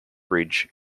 bridge